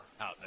out